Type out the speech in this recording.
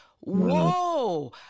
whoa